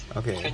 okay